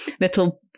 little